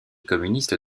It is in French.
communiste